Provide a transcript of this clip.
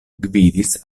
gvidis